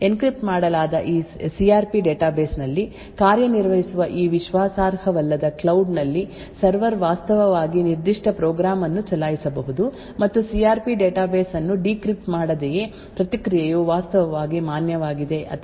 encrypt ಮಾಡಲಾದ C R P database ನಲ್ಲಿ ಕಾರ್ಯನಿರ್ವಹಿಸುವ ಈ ವಿಶ್ವಾಸಾರ್ಹವಲ್ಲದ ಕ್ಲೌಡ್ ನಲ್ಲಿ ಸರ್ವರ್ ವಾಸ್ತವವಾಗಿ ನಿರ್ದಿಷ್ಟ ಪ್ರೋಗ್ರಾಂ ಅನ್ನು ಚಲಾಯಿಸಬಹುದು ಮತ್ತು ಸಿ ಆರ್ ಪಿ ಡೇಟಾಬೇಸ್ ಅನ್ನು ಡೀಕ್ರಿಪ್ಟ್ ಮಾಡದೆಯೇ ಪ್ರತಿಕ್ರಿಯೆಯು ವಾಸ್ತವವಾಗಿ ಮಾನ್ಯವಾಗಿದೆ ಅಥವಾ ಮಾನ್ಯವಾಗಿಲ್ಲದ ಹವಾಮಾನವನ್ನು ಪಡೆಯಲು ಸಾಧ್ಯವಾಗುತ್ತದೆ